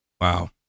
Wow